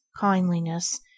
kindliness